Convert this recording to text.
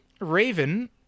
Raven